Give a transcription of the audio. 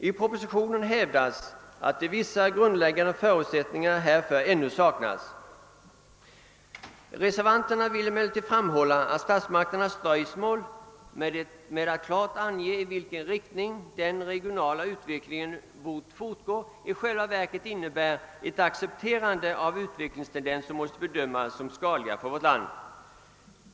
I propositionen hävdas att vissa grundläggande förutsättningar härför ännu saknas.> Rreservanterna >»vill emellertid framhålla att statsmakternas dröjsmål med att klart ange i vilken riktning den regionala utvecklingen bör fortgå i själva verket innebär ett accepterande av utvecklingstendenser som måste bedömas som skadliga för vårt land.